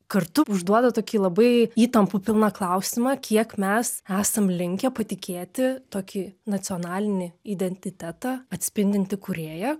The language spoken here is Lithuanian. kartu užduoda tokį labai įtampų pilną klausimą kiek mes esam linkę patikėti tokį nacionalinį identitetą atspindintį kūrėją